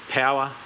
power